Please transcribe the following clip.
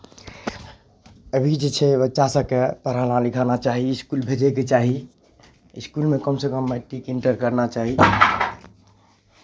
अभी जे छै बच्चा सभकेँ पढ़ाना लिखाना चाही इसकुल भेजैके चाही इसकुलमे कमसँ कम मैट्रिक इन्टर करना चाही